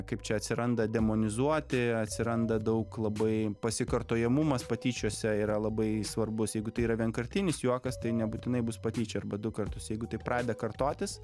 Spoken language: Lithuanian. kaip čia atsiranda demonizuoti atsiranda daug labai pasikartojamumas patyčiose yra labai svarbus jeigu tai yra vienkartinis juokas tai nebūtinai bus patyčia arba du kartus jeigu tai pradeda kartotis